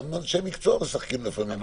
גם אנשי מקצוע משחקים לפעמים בדברים.